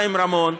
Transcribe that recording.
חיים רמון,